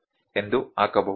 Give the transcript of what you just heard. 8 mm ಎಂದು ಹಾಕಬಹುದು